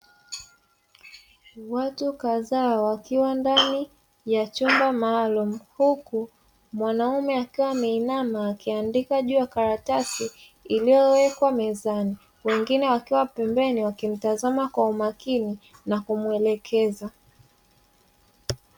Watu kadhaa wakiwa ndani ya chumba maalumu huku mwanaume akiwa ameinama akiandika juu ya karatasi iliyowekwa mezani; wengine wakiwa pembeni wakimtazama kwa umakini na kumuelekeza.